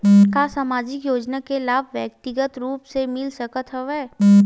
का सामाजिक योजना के लाभ व्यक्तिगत रूप ले मिल सकत हवय?